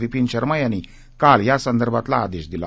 विपिन शर्मा यांनी काल यासंदर्भातला आदेश जारी केला